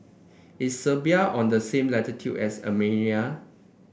is Serbia on the same latitude as Armenia